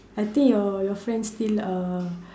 I think your your friend still uh